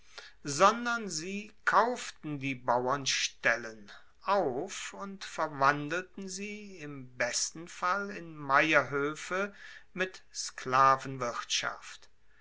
sondern sie kauften die bauernstellen auf und verwandelten sie im besten fall in meierhoefe mit